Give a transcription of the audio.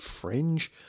fringe